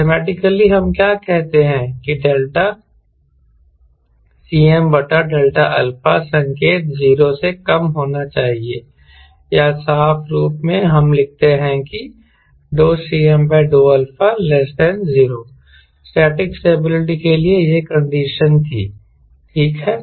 mathematically हम क्या कहते हैं कि डेल्टा Cm बटा ∆α संकेत 0 से कम होना चाहिए या साफ रूप में हम लिखते हैं की Cm∂α0 स्टैटिक स्टेबिलिटी के लिए यह कंडीशन थीठीक है